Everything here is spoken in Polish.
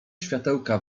światełka